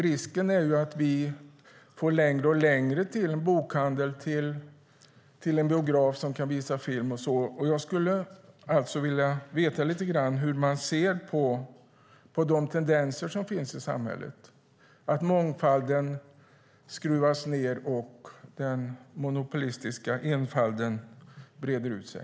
Risken är att vi får längre och längre till en bokhandel eller till en biograf som kan visa film. Jag skulle därför vilja veta lite om hur man i Kristdemokraterna ser på dessa tendenser i samhället - att mångfalden skruvas ned och den monopolistiska enfalden breder ut sig.